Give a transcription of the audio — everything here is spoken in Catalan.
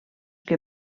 que